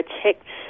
checked